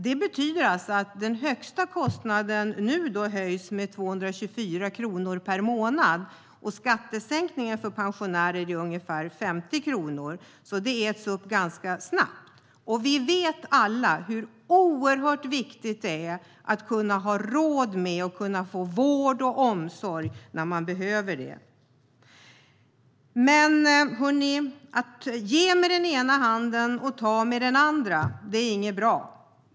Det betyder att den högsta kostnaden höjs med 224 kronor per månad medan skattesänkningen för pensionärer blir ungefär 50 kronor. Det äts alltså upp ganska snabbt. Vi vet alla hur oerhört viktigt det är att ha råd med och kunna få vård och omsorg när man behöver det. Att ge med den ena handen och ta med den andra är inte bra.